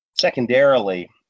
Secondarily